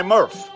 Murph